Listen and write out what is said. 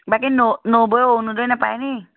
বাকী নবৌয়ে অৰুণোদয় নাপায় নেকি